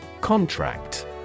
Contract